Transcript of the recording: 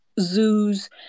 zoos